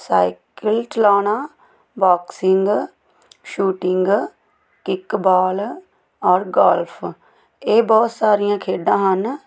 cycle ਚਲਾਉਣਾ boxing shooting kickball ਔਰ golf ਇਹ ਬਹੁਤ ਸਾਰੀਆਂ ਖੇਡਾਂ ਹਨ